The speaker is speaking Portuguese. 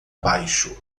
baixo